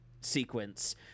sequence